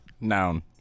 Noun